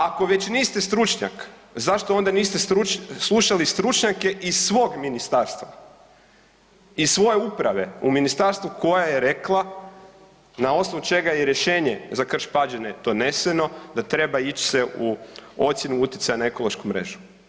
Ako već niste stručnjak zašto onda niste slušali stručnjake iz svog ministarstva, iz svoje uprave u ministarstvu koja je rekla, na osnovu čega je i rješenje za Krš-Pađene doneseno, da treba ić se u ocjenu utjecaja na ekološku mrežu?